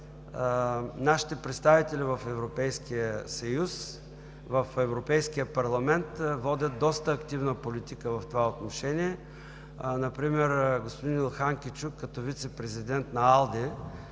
нашите представители в Европейския съюз, в Европейския парламент водят доста активна политика в това отношение. Например господин Илхан Кючюк като вицепрезидент на АЛДЕ